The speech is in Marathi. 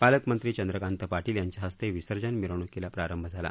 पालक मंत्री चंद्रकांत पाटील यांच्या हस्ते विसर्जन मिरवणुकीला प्रारंभ झाला